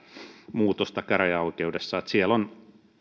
muutosta käräjäoikeudessa siellä on